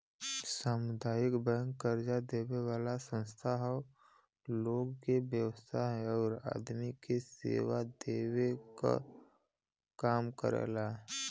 सामुदायिक बैंक कर्जा देवे वाला संस्था हौ लोग के व्यवसाय आउर आदमी के सेवा देवे क काम करेला